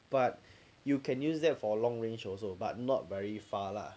but you can use that for long range also but not very far lah